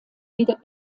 wieder